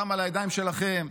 הדם על הידיים שלכם.